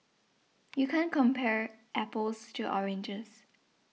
you can't compare apples to oranges